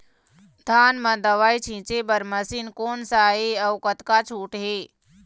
धान म दवई छींचे बर मशीन कोन सा हे अउ कतका छूट हे?